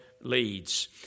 leads